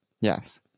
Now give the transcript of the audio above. Yes